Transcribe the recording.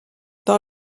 dans